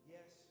Yes